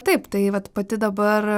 taip tai vat pati dabar